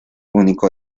único